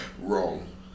wrong